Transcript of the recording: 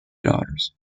daughters